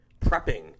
prepping